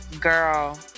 Girl